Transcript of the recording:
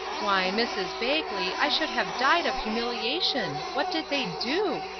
why, mrs. bagley, i should have died of humiliation! what did they do?